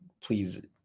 please